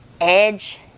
Edge